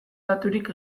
daturik